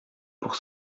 pour